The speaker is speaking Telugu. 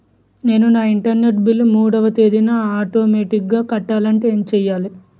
నేను నా ఇంటర్నెట్ బిల్ మూడవ తేదీన ఆటోమేటిగ్గా కట్టాలంటే ఏం చేయాలి?